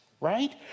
right